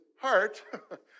heart